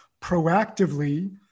proactively